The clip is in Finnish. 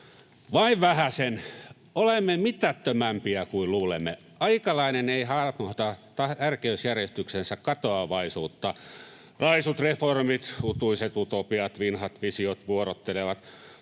Vain vähäsen — olemme mitättömämpiä kuin luulemme. Aikalainen ei hahmota tärkeysjärjestyksensä katoavaisuutta. Raisut reformit, utuiset utopiat, vinhat visiot vuorottelevat.